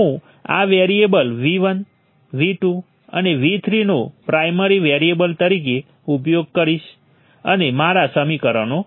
પરંતુ એકવાર તમે આ અનનોન વેક્ટર V માટે ઉકેલ લાવી લો આ સ્ટેપ તેના બદલે સરળ છે